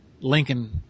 Lincoln